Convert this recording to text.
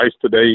today